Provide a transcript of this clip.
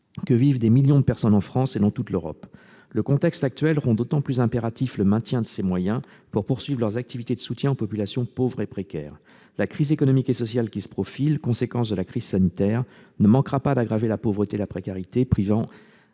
que vivent des millions de personnes en France et dans toute l'Europe. Le contexte actuel rend d'autant plus impératif le maintien de ces moyens pour permettre aux associations de poursuivre leurs activités de soutien aux populations pauvres et précaires. La crise économique et sociale qui se profile, conséquence de la crise sanitaire mondiale, ne manquera pas d'aggraver la pauvreté et la précarité,